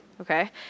okay